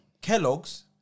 Kellogg's